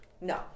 No